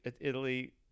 Italy